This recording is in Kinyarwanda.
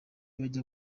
bajya